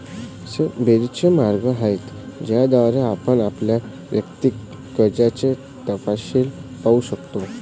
असे बरेच मार्ग आहेत ज्याद्वारे आपण आपल्या वैयक्तिक कर्जाचे तपशील पाहू शकता